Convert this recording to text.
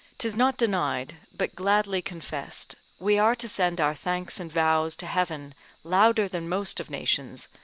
tis not denied, but gladly confessed, we are to send our thanks and vows to heaven louder than most of nations,